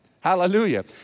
Hallelujah